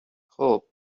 خوب